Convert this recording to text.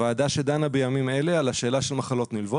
ועדה שדנה בימים אלה על השאלה של מחלות נלוות